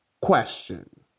Question